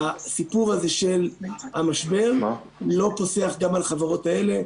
הסיפור הזה של המשבר לא פוסח גם על החברות האלה.